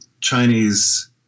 Chinese